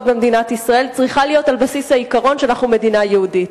במדינת ישראל צריכה להיות על בסיס העיקרון שאנחנו מדינה יהודית.